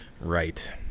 right